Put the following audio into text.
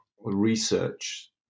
research